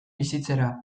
bizitzera